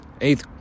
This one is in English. eighth